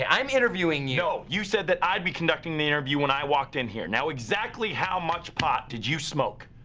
ah i'm interviewing you. no! you said that i'd be conducting this interview when i walked in here. now exactly how much pot did you smoke?